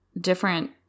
different